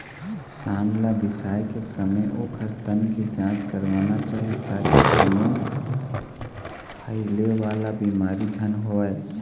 सांड ल बिसाए के समे ओखर तन के जांच करवाना चाही ताकि कोनो फइले वाला बिमारी झन होवय